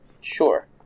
Sure